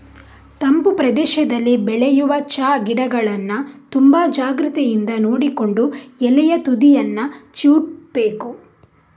ತಂಪು ಪ್ರದೇಶದಲ್ಲಿ ಬೆಳೆಯುವ ಚಾ ಗಿಡಗಳನ್ನ ತುಂಬಾ ಜಾಗ್ರತೆಯಿಂದ ನೋಡಿಕೊಂಡು ಎಲೆಯ ತುದಿಯನ್ನ ಚಿವುಟ್ಬೇಕು